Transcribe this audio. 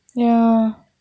ya